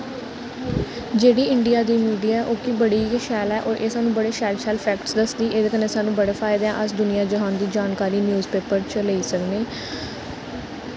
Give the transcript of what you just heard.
जेह्ड़ी इंडियां दी मीडिया ऐ ओह् कि बड़ी गै शैल ऐ होर एह् सानू बड़े शैल शैल फैक्टस दसदी एह्दे कन्नै सानू बड़े फायदे ऐ अस दुनियां ज्हान दी जानकारी न्यूज़पेपर चा लेई सकनें